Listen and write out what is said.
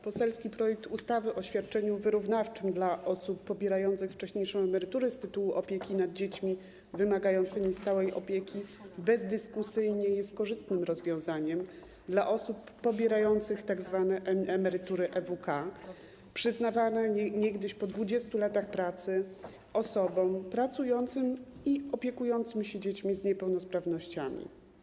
Poselski projekt ustawy o świadczeniu wyrównawczym dla osób pobierających wcześniejszą emeryturę z tytułu opieki nad dziećmi wymagającymi stałej opieki bezdyskusyjnie jest korzystnym rozwiązaniem dla osób pobierających tzw. emerytury EWK, przyznawane niegdyś po 20 latach pracy osobom pracującym i opiekującym się dziećmi z niepełnosprawnościami.